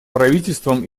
правительствам